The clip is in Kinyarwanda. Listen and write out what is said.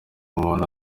umuntu